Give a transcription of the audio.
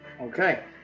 Okay